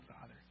Father